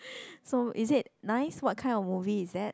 so is it nice what kind of movie is that